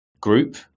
group